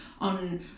on